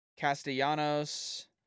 castellanos